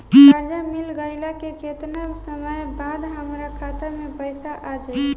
कर्जा मिल गईला के केतना समय बाद हमरा खाता मे पैसा आ जायी?